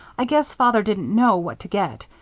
i guess father didn't know what to get.